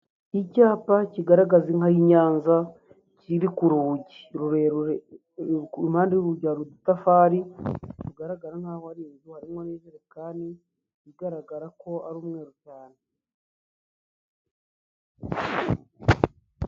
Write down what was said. Icyapa kigaragaza inka y'i Nyanza, iri ku rugi rurerure impande y'urugi hari udutafari, bigaragara nkahoho ari inzu, harimo n'ijerekani, igaragara ko ari umweru cyane.